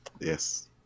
Yes